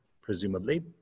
presumably